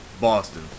Boston